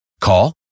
Call